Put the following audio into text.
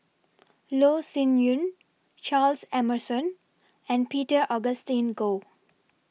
Loh Sin Yun Charles Emmerson and Peter Augustine Goh